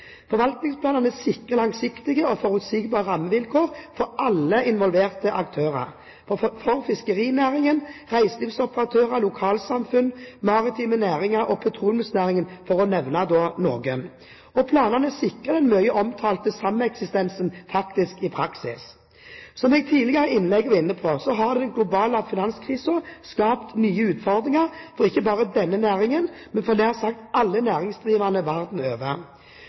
Forvaltningsplanene sikrer langsiktige og forutsigbare rammevilkår for alle involverte aktører, for fiskerinæringen, reiselivsoperatører, lokalsamfunn, maritime næringer og petroleumsnæringen, for å nevne noen. Planene sikrer den mye omtalte sameksistensen i praksis. Som jeg var inne på tidligere i innlegget, så har den globale finanskrisen skapt nye utfordringer for ikke bare denne næringen, men for nær sagt alle næringsdrivende verden over.